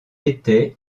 était